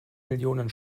millionen